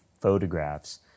photographs